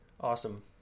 awesome